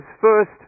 first